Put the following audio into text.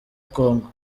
congo